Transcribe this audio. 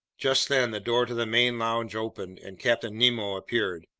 just then the door to the main lounge opened and captain nemo appeared.